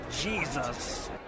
jesus